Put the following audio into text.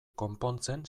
konpontzen